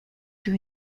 sur